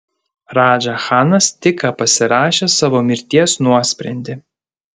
radža chanas tik ką pasirašė savo mirties nuosprendį